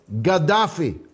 Gaddafi